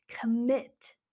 Commit